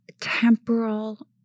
temporal